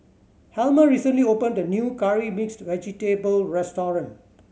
Helma recently opened a new Curry Mixed Vegetable restaurant